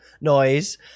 noise